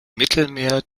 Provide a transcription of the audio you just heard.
mittelmeer